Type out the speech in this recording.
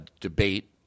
debate